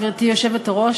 גברתי היושבת-ראש,